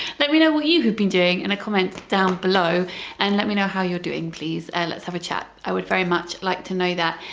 let me know what you've been doing in a comment down below and let me know how you're doing please let's have a chat, i would very much like to know that,